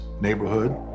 neighborhood